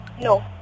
No